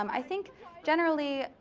um i think generally,